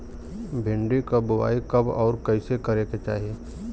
भिंडी क बुआई कब अउर कइसे करे के चाही?